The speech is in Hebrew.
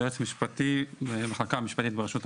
יועץ משפטי במחלקה המשפטית ברשות המיסים.